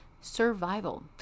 survival